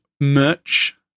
merch